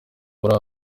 muri